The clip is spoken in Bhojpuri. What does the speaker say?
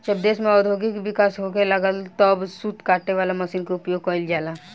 जब देश में औद्योगिक विकास होखे लागल तब सूत काटे वाला मशीन के उपयोग गईल जाला